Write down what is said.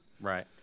Right